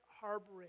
harboring